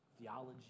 theology